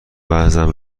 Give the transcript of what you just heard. وزنم